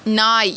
நாய்